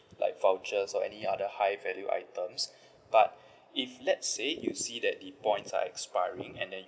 like vouchers or any other high value items but if let's say you see that the points are expiring and then you